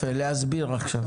אנא תסבירו עכשיו.